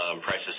prices